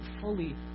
fully